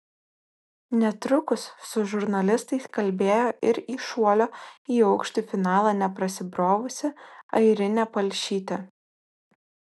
netrukus su žurnalistais kalbėjo ir į šuolio į aukštį finalą neprasibrovusi airinė palšytė